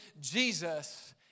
Jesus